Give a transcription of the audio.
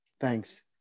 Thanks